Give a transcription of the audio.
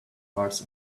parts